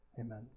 Amen